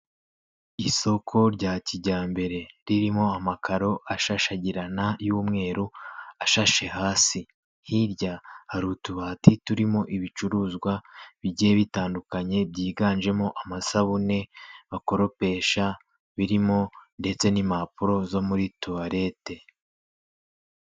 Isoko rya kijyambere ririmo amakaro ashashagirana y'umweru ashashe hasi, hirya hari utubati turimo ibicuruzwa bigiye bitandukanye byiganjemo amasabune bakoropesha birimo ndetse n'impapuro zo muri tuwarete.